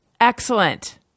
Excellent